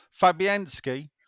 Fabianski